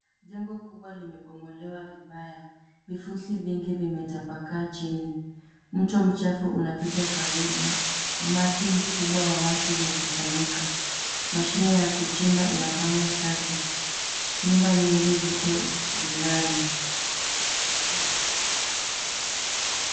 Jengo kubwa limebomolewa vibaya. Vifusi vingi vimetapakaa chini. Mto mchafu unapita karibu, umati mkubwa wa watu umekusanyika. Mashine ya kuchimba inafanya kazi, nyumba nyingi ziko jirani.